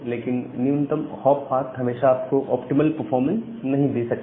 लेकिन न्यूनतम hop path हमेशा आपको ऑप्टिमल परफॉर्मेंस नहीं दे सकता